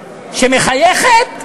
שמחייכת?